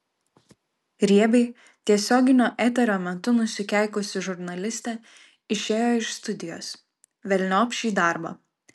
riebiai tiesioginio eterio metu nusikeikusi žurnalistė išėjo iš studijos velniop šį darbą